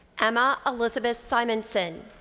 emma elizabeth simonson.